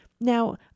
Now